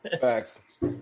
Facts